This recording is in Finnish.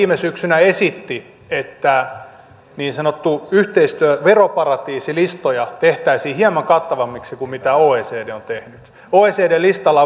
viime syksynä esitti että niin sanottuja yhteistyö veroparatiisilistoja tehtäisiin hieman kattavammiksi kuin mitä oecd on tehnyt oecdn listalla